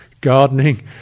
gardening